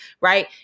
right